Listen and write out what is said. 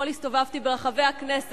הפרקליטות